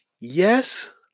Yes